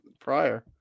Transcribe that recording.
prior